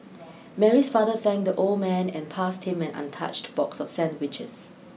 Mary's father thanked the old man and passed him an untouched box of sandwiches